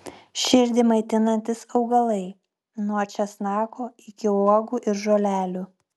širdį maitinantys augalai nuo česnako iki uogų ir žolelių